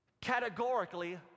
Categorically